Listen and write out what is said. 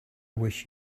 wish